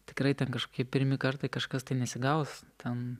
tikrai ten kažkaip pirmi kartai kažkas tai nesigaus ten